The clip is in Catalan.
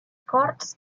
corts